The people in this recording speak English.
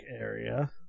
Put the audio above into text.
area